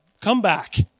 comeback